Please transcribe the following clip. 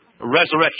resurrection